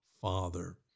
father